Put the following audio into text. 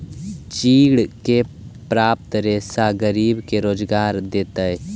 चीड़ से प्राप्त रेशा गरीब के रोजगार देतइ